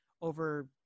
over